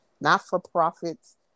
not-for-profits